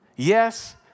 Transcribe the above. Yes